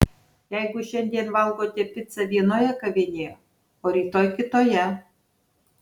jeigu šiandien valgote picą vienoje kavinėje o rytoj kitoje